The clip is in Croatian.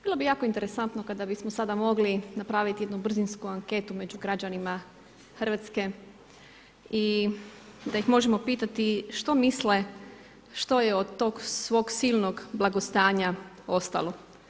Bilo bi jako interesantno kada bismo samo mogli napraviti jednu brzinsku anketu među građanima Hrvatske i da ih možemo pitati što misle što je od tog svog silnog blagostanja ostalo.